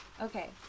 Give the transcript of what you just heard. okay